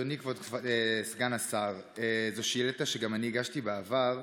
אדוני סגן השר, זו שאילתה שגם הגשתי בעבר.